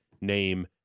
name